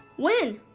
when?